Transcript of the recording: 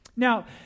Now